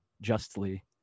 justly